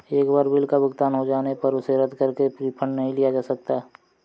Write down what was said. एक बार बिल का भुगतान हो जाने पर उसे रद्द करके रिफंड नहीं लिया जा सकता